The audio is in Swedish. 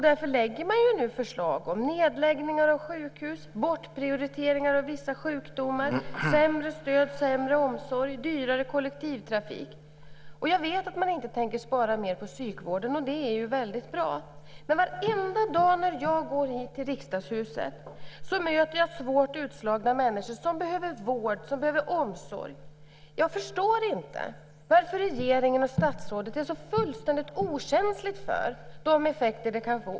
Därför lägger landstinget nu fram förslag om nedläggningar av sjukhus, bortprioritering av vissa sjukdomar, sämre stöd, sämre omsorg, dyrare kollektivtrafik. Jag vet att man inte tänker spara mer på psykvården, och det är ju väldigt bra. Men varenda dag när jag går hit till Riksdagshuset möter jag svårt utslagna människor som behöver vård, som behöver omsorg. Jag förstår inte varför regeringen och statsrådet är så fullständigt okänsliga för de effekter detta kan få.